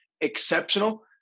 exceptional